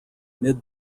mid